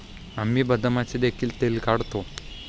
आम्ही बदामाचे देखील तेल काढतो